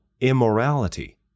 immorality